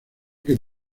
que